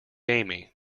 amy